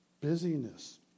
busyness